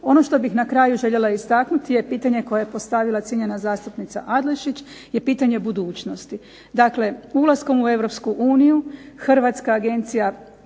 Ono što bih na kraju željela istaknuti je pitanje koje je postavila cijenjena zastupnica Adlešić je pitanje budućnosti. Dakle, ulaskom u Europsku uniju